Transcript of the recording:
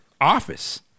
office